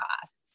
costs